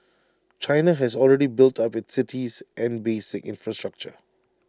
China has already built up its cities and basic infrastructure